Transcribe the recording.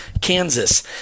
Kansas